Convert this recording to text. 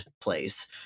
place